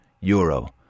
euro